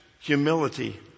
Humility